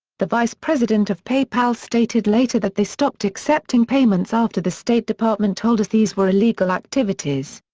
the vice president of paypal stated later that they stopped accepting payments after the state department told us these were illegal activities.